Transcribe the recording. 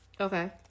Okay